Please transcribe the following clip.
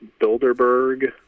Bilderberg